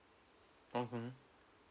mmhmm